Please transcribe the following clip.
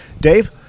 Dave